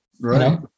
right